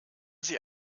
sie